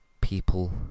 people